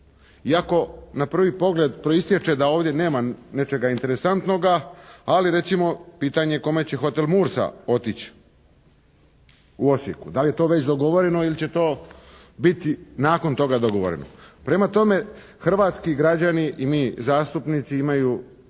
Iako na prvi pogled proistječe da ovdje nema nečega interesantnoga, ali recimo pitanje kome će hotel "Mursa" otić u Osijeku. Da li je to već dogovoreno ili će to biti nakon toga dogovoreno. Prema tome, hrvatski građani i mi zastupnici imaju